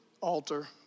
altar